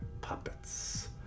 puppets